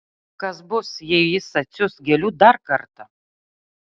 kas bus jeigu jis atsiųs gėlių dar kartą